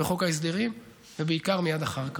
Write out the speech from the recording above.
בחוק ההסדרים, ובעיקר מייד אחר כך.